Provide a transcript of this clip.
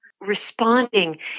responding